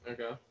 Okay